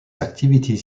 activities